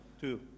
Two